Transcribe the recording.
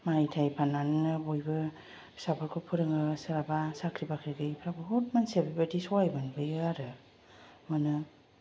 माइ थाइ फाननानैनो बयबो फिसाफोरखौ फोरोङो सोरहाबा साख्रि बाख्रि गैयिफ्रा बहुद मानसिफ्रा बेबायदि सहाय मोनबोयो आरो मोनो